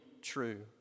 true